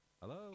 Hello